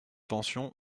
pension